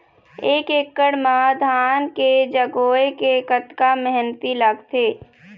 एक एकड़ म धान के जगोए के कतका मेहनती लगथे?